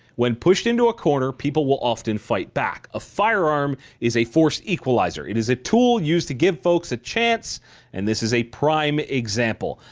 when pushed into a corner, people will often fight back. a firearm is a force equalizer. it is a tool used to give folks a chance and this is a prime example.